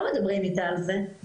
לא מדברים איתה על זה,